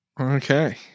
Okay